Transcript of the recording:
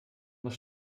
muss